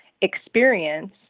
experience